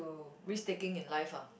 risk taking in life ah